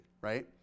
right